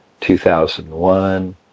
2001